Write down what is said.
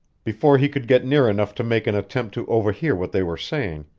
before he could get near enough to make an attempt to overhear what they were saying,